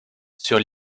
sur